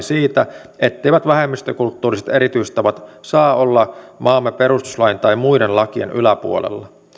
siitä etteivät vähemmistökulttuuriset erityistavat saa olla maamme perustuslain tai muiden lakien yläpuolella